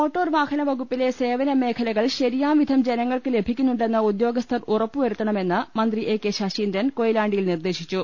motor വാഹന വകുപ്പിലെ സേവന മേഖലകൾ ശരിയാം വിധം ജനങ്ങൾക്ക് ലഭിക്കുന്നുണ്ടെന്ന് ഉദ്യോഗസ്ഥർ ഉറപ്പു വരു ത്തണമെന്ന് മന്ത്രി എ കെ ശശീന്ദ്രൻ കൊയിലാണ്ടിയിൽ നിർദേ ശിച്ചു